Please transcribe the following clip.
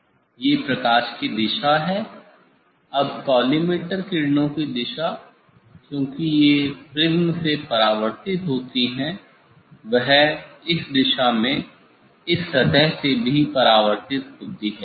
ये प्रकाश की दिशा है अब कॉलीमटोर किरणों की दिशा क्योंकि ये प्रिज्म से परावर्तित होती है वह इस दिशा में इस सतह से भी परावर्तित होती है